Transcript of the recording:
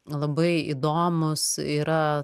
labai įdomūs yra